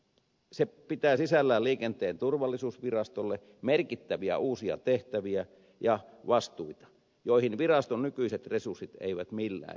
se pitää sisällään liikenteen turvallisuusvirastolle merkittäviä uusia tehtäviä ja vastuita joihin viraston nykyiset resurssit eivät millään riitä